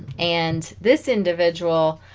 and this individual